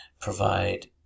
provide